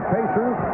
Pacers